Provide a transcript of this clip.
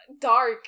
dark